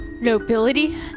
nobility